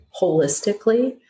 holistically